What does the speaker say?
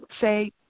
say